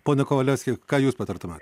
pone kovalevski ką jūs patartumėt